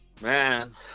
man